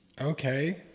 Okay